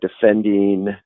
defending